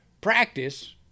practice